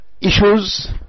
issues